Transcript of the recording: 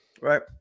right